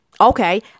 Okay